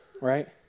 right